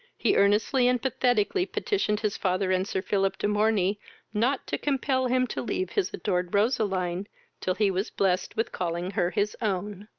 he earnestly and pathetically petitioned his father and sir philip de morney not to compel him to leave his adored roseline till he was blessed with calling her his own.